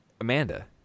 Amanda